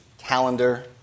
calendar